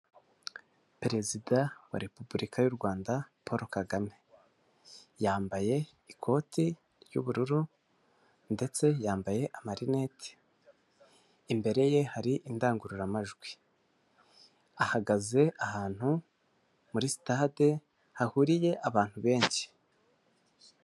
Perezida wa repubulika y'u Rwanda Paul Kagame, yambaye ikoti ry'ubururu ndetse yambaye amarinete , imbere ye hari indangururamajwi , ahagaze ahantu muri sitade hahuriye abantu benshi.